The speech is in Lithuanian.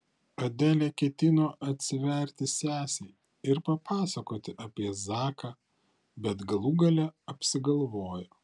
adelė ketino atsiverti sesei ir papasakoti apie zaką bet galų gale apsigalvojo